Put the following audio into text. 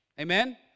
Amen